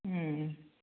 उम